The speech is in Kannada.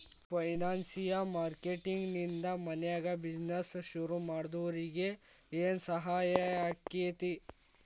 ಫೈನಾನ್ಸಿಯ ಮಾರ್ಕೆಟಿಂಗ್ ನಿಂದಾ ಮನ್ಯಾಗ್ ಬಿಜಿನೆಸ್ ಶುರುಮಾಡ್ದೊರಿಗೆ ಏನ್ಸಹಾಯಾಕ್ಕಾತಿ?